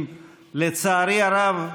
לצערי הרב,